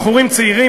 בחורים צעירים,